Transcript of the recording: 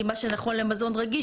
עם מה שנכון למזון רגיש,